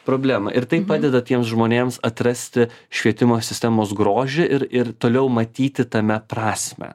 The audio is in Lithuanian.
problemą ir tai padeda tiems žmonėms atrasti švietimo sistemos grožį ir ir toliau matyti tame prasmę